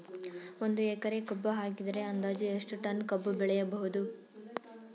ಒಂದು ಎಕರೆ ಕಬ್ಬು ಹಾಕಿದರೆ ಅಂದಾಜು ಎಷ್ಟು ಟನ್ ಕಬ್ಬು ಬೆಳೆಯಬಹುದು?